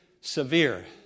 severe